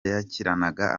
yakiniraga